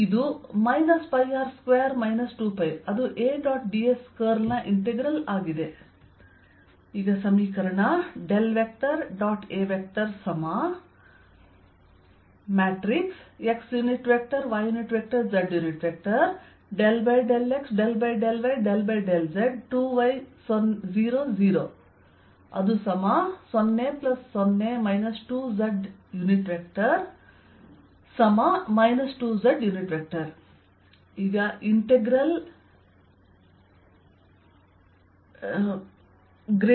ಆದ್ದರಿಂದ ಇದು πr2 2π ಅದು A ಡಾಟ್ ds ಕರ್ಲ್ ನ ಇಂಟಿಗ್ರಲ್ ಆಗಿದೆ